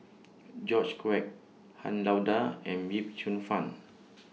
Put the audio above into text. George Quek Han Lao DA and Yip Cheong Fun